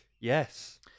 yes